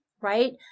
right